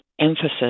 emphasis